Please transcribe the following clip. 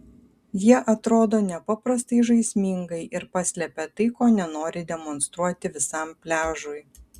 jie atrodo nepaprastai žaismingai ir paslepia tai ko nenori demonstruoti visam pliažui